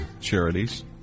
charities